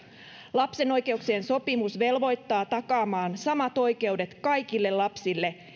lapsen oikeuksien sopimus velvoittaa takaamaan samat oikeudet kaikille lapsille